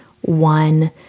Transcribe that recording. one